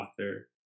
author